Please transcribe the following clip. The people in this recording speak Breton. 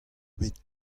bet